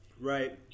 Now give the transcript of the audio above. Right